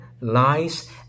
lies